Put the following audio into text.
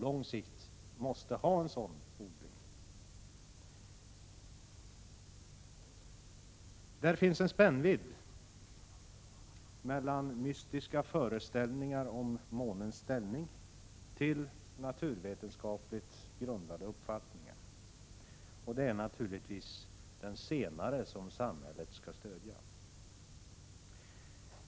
På den alternativa odlingens område finns en spännvidd från mystiska föreställningar om månens ställning till naturvetenskapligt grundade uppfattningar, och det är naturligtvis den senare inriktningen som samhället skall stödja.